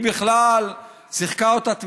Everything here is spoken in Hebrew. היא בכלל שיחקה אותה תמימה,